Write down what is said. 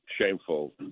shameful